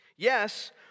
Yes